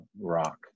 rock